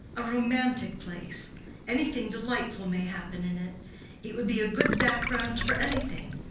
a romantic place anything delightful may happen in it it would be a good background for anything.